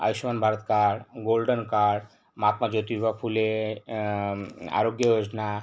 आयुष्मन भारत काळ गोल्डन काळ महात्मा ज्योतिबा फुले आरोग्य योजना